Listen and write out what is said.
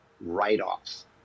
write-offs